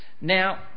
Now